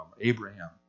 Abraham